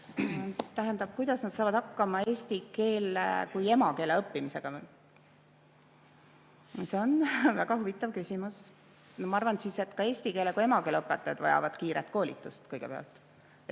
Tähendab, kuidas nad saavad hakkama eesti keele kui emakeele õppimisega? See on väga huvitav küsimus. Ma arvan, et ka eesti keele kui emakeele õpetajad vajavad kiiret koolitust kõigepealt.